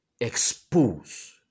expose